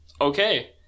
Okay